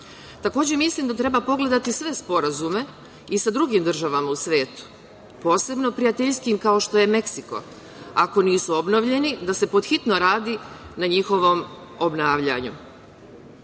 Takođe mislim da treba pogledati sve sporazume i sa drugim državama u svetu, posebno prijateljskim kao što je Meksiko, ako nisu obnovljeni, da se pod hitno radi na njihovom obnavljanju. Dobro